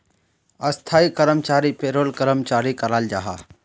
स्थाई कर्मचारीक पेरोल कर्मचारी कहाल जाहा